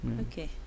okay